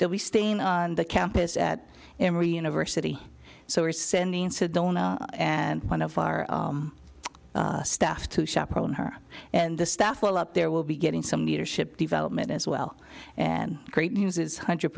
they'll be staying on the campus at emory university so we're sending in sedona and one of our staff to chaperone her and the staff will up there will be getting some leadership development as well and great news is hundred